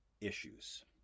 issues